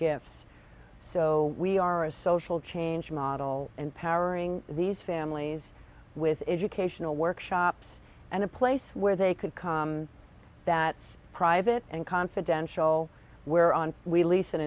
gifts so we are a social change model and powering these families with educational workshops and a place where they could come that is private and confidential where on we lease an